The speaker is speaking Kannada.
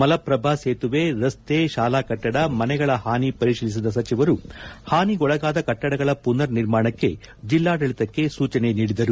ಮಲಪ್ರಭಾ ಸೇತುವೆ ರಸ್ತೆ ಶಾಲಾ ಕಟ್ಟಡ ಮನೆಗಳ ಹಾನಿ ಪರಿಶೀಲಿಸಿದ ಸಚಿವರು ಪಾನಿಗೊಳಗಾದ ಕಟ್ಟಡಗಳ ಮನರ್ ನಿರ್ಮಾಣಕ್ಕೆ ಜಿಲ್ಲಾಡಳಿತಕ್ಕೆ ಸೂಚನೆ ನೀಡಿದರು